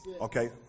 Okay